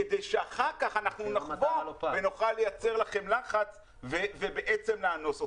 כדי שאחר כך אנחנו נבוא ונוכל לייצר לכם לחץ ובעצם נאנוס אתכם.